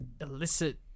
illicit